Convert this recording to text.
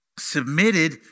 submitted